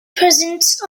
presence